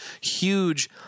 huge